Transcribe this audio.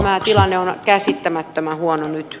tämä tilanne on käsittämättömän huono nyt